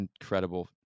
incredible